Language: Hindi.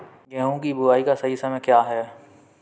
गेहूँ की बुआई का सही समय क्या है?